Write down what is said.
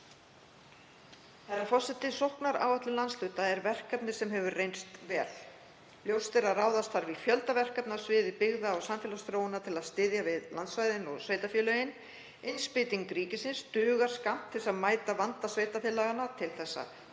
Herra forseti. Sóknaráætlun landshluta er verkefni sem hefur reynst vel. Ljóst er að ráðast þarf í fjölda verkefna á sviði byggða- og samfélagsþróunar til þess að styðja við landsvæðin og sveitarfélögin. Innspýting ríkisins dugir skammt til að mæta vanda sveitarfélaganna. Til þess að